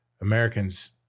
Americans